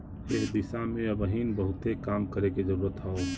एह दिशा में अबहिन बहुते काम करे के जरुरत हौ